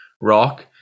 rock